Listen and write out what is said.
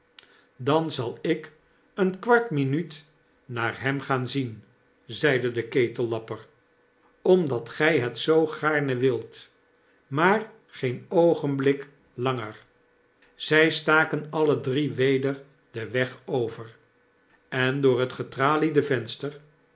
dan zal ik een kwart minuut naar hem gaan zien zeide de ketellapper omdat gy het zoo gaarne wilt maar geen oogenblik langer zy staken alle drie weder den weg over en door het getraliede venster